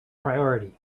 priority